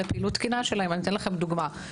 לפעילות התקינה שלהם אני אתן לכם דוגמה: